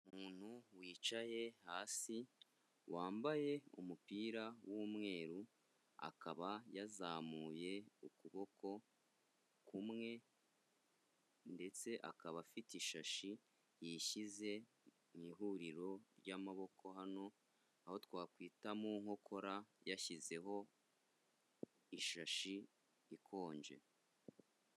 Umuntu wicaye hasi wambaye umupira w'umweru akaba yazamuye ukuboko kumwe ndetse akaba afite ishashi yishyize mu ihuriro ry'amaboko hano, aho twakwita mu nkokora yashyizeho ishashi ikonje.